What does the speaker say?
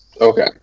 Okay